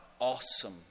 awesome